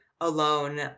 alone